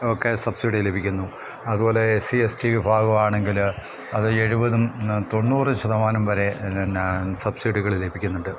ഒക്കെ സബ്സിഡി ലഭിക്കുന്നു അതുപോലെ എസ് സി എസ് ടി വിഭാഗം ആണെങ്കിൽ അത് എഴുപതും തൊണ്ണൂറ് ശതമാനം വരെ സബ്സിഡികൾ ലഭിക്കുന്നുണ്ട്